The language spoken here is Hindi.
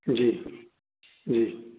जी जी